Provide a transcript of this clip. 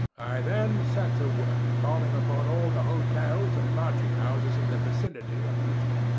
i then set to work calling upon all the hotels and lodging-houses in the vicinity of euston.